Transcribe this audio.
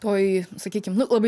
toj sakykim nu labai